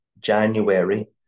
January